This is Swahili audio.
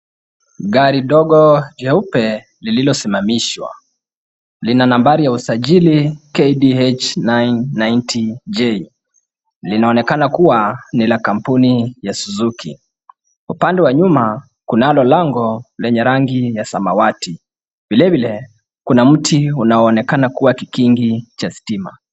Gari dogo jeupe lililosimamishwa, lina nambari ya usajili KDH 990J. Linaonekana kuwa ni la kampuni ya Suzuki. Upande wa nyuma kunalo lango lenye rangi ya samawati. Vile vile kuna mti unaoonekana kuwa kikingi cha stima.